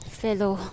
fellow